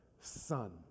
son